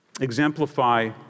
exemplify